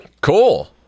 Cool